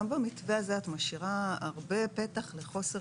גם במתווה הזה את משאירה הרבה פתח לחוסר